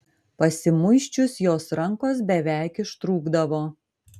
pasimuisčius jos rankos beveik ištrūkdavo